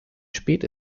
spät